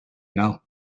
know